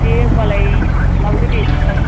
दे होमबालाय लांदो दे लां